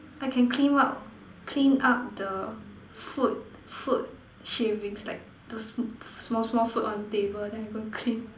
I can clean up clean up the food food shavings like those small small food on the table then I go and clean